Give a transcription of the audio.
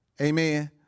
Amen